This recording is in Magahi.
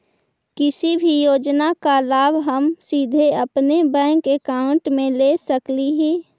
किसी भी योजना का लाभ हम सीधे अपने बैंक अकाउंट में ले सकली ही?